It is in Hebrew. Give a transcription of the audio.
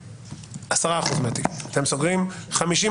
אתם סוגרים 10%,